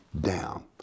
down